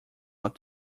out